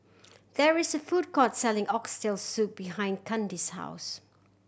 there is a food court selling Oxtail Soup behind Kandi's house